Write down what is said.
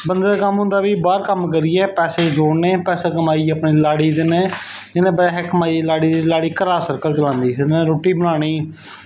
बंदे दा कम्म होंदा की बाहर कम्म करियै पैसे जोड़ने ते पैसे जोड़ियै लाड़ी गी देने ते जेल्लै पैसे लाड़ी गी देने ते लाड़ी घरा दा सर्किल चलांदी उन्ने रुट्टी बनानी